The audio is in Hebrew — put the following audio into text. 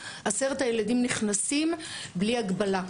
עשרת הילדים נכנסים בלי הגבלה.